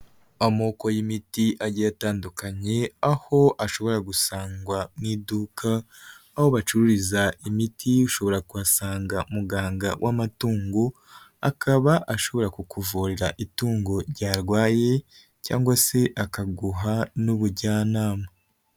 Amoko y'imiti agiye atandukanye aho ashobora gusangwa mu iduka aho bacururiza imiti. Ushobora kuhasanga muganga w'amatungo akaba ashobora kukuvurira itungo ryarwaye, cyangwa se akaguha n'ubujyanama.